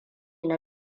na